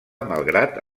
malgrat